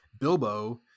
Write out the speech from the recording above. Bilbo